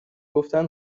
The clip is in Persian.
گفتن